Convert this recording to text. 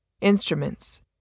Instruments